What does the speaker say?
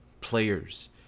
players